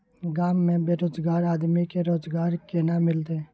गांव में बेरोजगार आदमी के रोजगार केना मिलते?